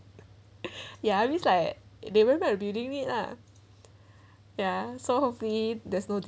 ya I always like they went my building lah ya so hopefully there's no